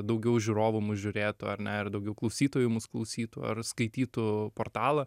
daugiau žiūrovų mus žiūrėtų ar ne ir daugiau klausytojų mūsų klausytų ar skaitytų portalą